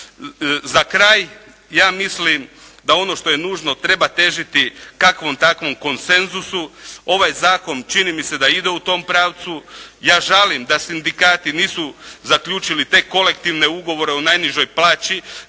Za kraj, ja mislim da ono što je nužno treba težiti kakvom takvom konsenzusu. Ovaj zakon čini mi se da ide u tom pravcu. Ja žalim da sindikati nisu zaključili te kolektivne ugovore o najnižoj plaći,